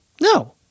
No